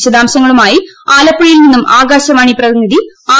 വിശദാംശങ്ങളുമായി ആലപ്പുഴയിൽ നിന്നും ആകാശവാണി പ്രതിനിധി ആർ